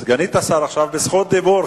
סגנית השר עכשיו ברשות דיבור.